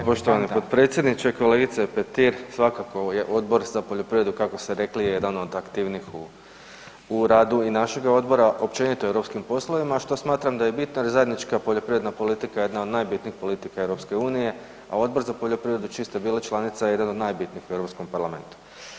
Hvala poštovani potpredsjedniče, kolegice Petir, svakako je Odbor za poljoprivredu, kako ste rekli jedan od aktivnijih u radu i našeg odbora, općenito europskim poslovima što smatram da je bitno jer je zajednička poljoprivredna politika jedna od najbitnijih politika EU, a Odbor za poljoprivrednu čiji ste bili članica jedan od najbitnijih u EU parlamentu.